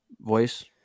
voice